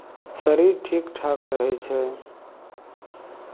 शरीर ठीक ठाक रहै छै